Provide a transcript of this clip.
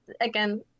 Again